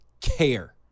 care